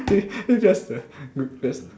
they just a